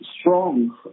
strong